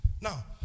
Now